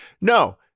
no